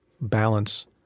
balance